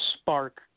spark